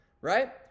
Right